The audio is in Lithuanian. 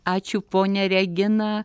ačiū ponia regina